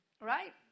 right